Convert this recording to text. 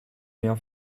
mehr